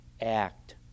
act